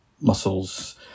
muscles